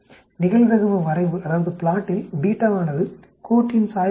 நிகழ்தகவு வரைவில் ஆனது கோட்டின் சாய்வுக்கு சமம்